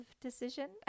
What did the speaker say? decision